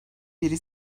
biri